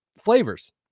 flavors